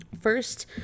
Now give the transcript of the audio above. first